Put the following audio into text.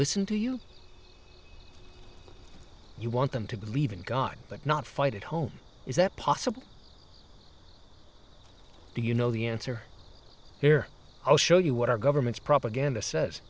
listen to you you want them to believe in god but not fight at home is that possible do you know the answer here i'll show you what our government propaganda says